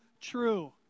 true